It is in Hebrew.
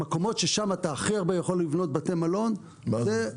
המקומות ששם הכי הרבה אתה יכול לבנות בתי מלון זה --- מה זה,